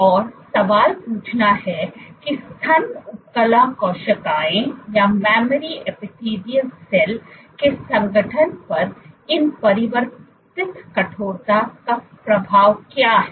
और सवाल पूछना है कि स्तन उपकला कोशिकाओं के संगठन पर इन परिवर्तित कठोरता का प्रभाव क्या है